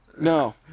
no